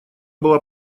была